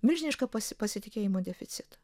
milžinišką pas pasitikėjimo deficitą